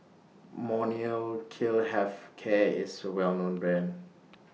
Molnylcke Health Care IS A Well known Brand